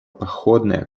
походная